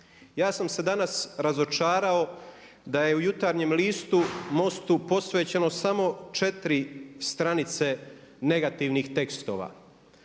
Ja sam se danas razočarao da je u Jutarnjem listu MOST-u posvećeno samo 4 stranice negativnih tekstova